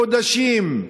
חודשים,